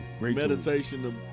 meditation